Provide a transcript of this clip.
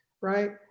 right